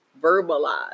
verbalize